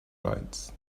lights